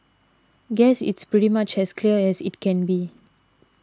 guess it's pretty much as clear as it can be